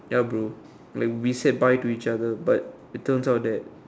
ya bro like we said bye to each other but it turns out that